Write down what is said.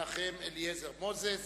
מנחם אליעזר מוזס